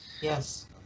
Yes